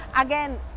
again